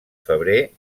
febrer